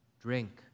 drink